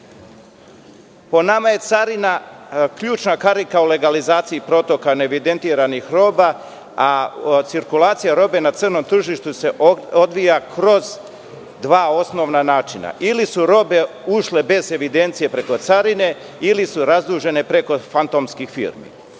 nama je carina ključna karika u legalizaciji protoka neevidentiranih roba, a cirkulacija robe na crnom tržištu se odvija kroz dva osnovna načina. Ili su robe ušle bez evidencije preko carine, ili su razdužene preko fantomskih firmi.